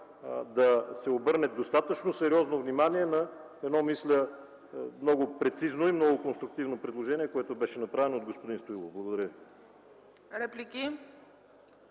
да се обърне достатъчно сериозно внимание на едно мисля много прецизно и много конструктивно предложение, което беше направено от господин Стоилов. Благодаря ви.